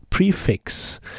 Prefix